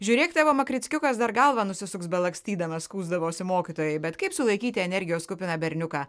žiūrėk tavo makrickiukas dar galvą nusisuks belakstydamas skųsdavosi mokytojai bet kaip sulaikyti energijos kupiną berniuką